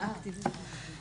ענת אחר כך תיתן סקירה על זה.